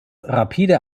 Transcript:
rapide